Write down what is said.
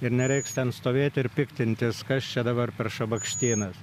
ir nereiks ten stovėti ir piktintis kas čia dabar per šabakštynas